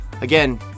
again